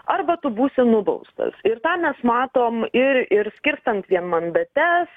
arba tu būsi nubaustas ir tą mes matom ir ir skirstant vienmandates